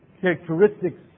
characteristics